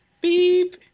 beep